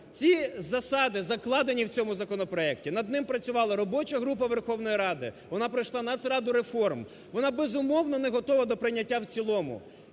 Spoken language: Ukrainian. Ці засади закладені в цьому законопроекті, над ним працювала робоча група Верховної Ради, вона пройшла Нацраду реформ. Вона, безумовно, не готова до прийняття в цілому.